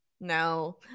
No